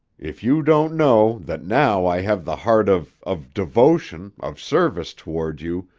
if you don't know that now i have the heart of of devotion, of service, toward you,